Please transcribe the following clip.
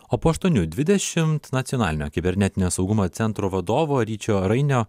o po aštuonių dvidešimt nacionalinio kibernetinio saugumo centro vadovo ryčio rainio